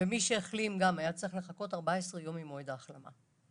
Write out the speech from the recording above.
ומי שהחלים היה צריך לחכות 14 יום ממועד ההחלמה.